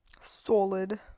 solid